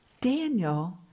Daniel